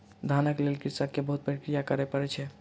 धानक लेल कृषक के बहुत प्रक्रिया करय पड़ै छै